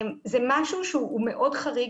זה משהו שהוא מאוד חריג,